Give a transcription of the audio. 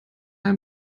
ein